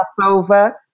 Passover